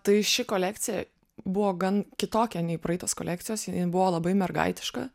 tai ši kolekcija buvo gan kitokia nei praeitos kolekcijos jinai buvo labai mergaitiška